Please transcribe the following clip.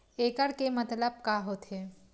एकड़ के मतलब का होथे?